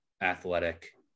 athletic